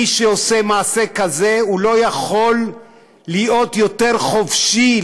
מי שעושה מעשה כזה לא יכול להיות יותר חופשי,